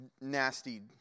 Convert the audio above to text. nasty